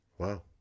Wow